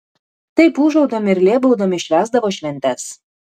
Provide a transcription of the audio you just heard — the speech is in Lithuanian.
taip ūžaudami ir lėbaudami švęsdavo šventes